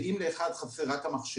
ואם לאחד חסר רק המחשב,